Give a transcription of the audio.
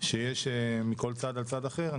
שיש לכל צד על הצד האחר,